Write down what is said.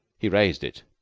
he raised it.